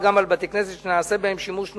גם על בתי-כנסת שנעשה בהם שימוש נוסף,